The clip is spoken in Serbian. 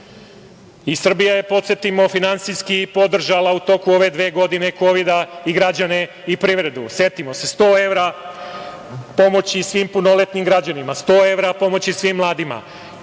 Srbije. Srbija je, podsetimo, finansijski podržala u toku ove dve godine, kovida i građane i privredu. Setimo se, sto evra pomoći svim punoletnim građanima. Sto evra pomoći svim mladima.